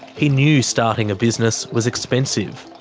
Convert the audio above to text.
he knew starting a business was expensive.